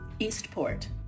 Eastport